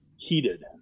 heated